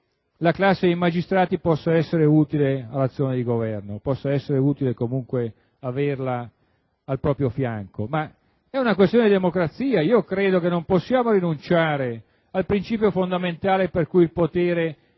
la classe dei magistrati possa essere utile all'azione di Governo e possa essere comunque utile averla al proprio fianco. È tuttavia una questione di democrazia; credo che non possiamo rinunciare al principio fondamentale per cui il potere